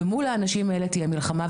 ומול האנשים האלה תהיה מלחמה.